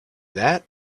that